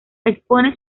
expone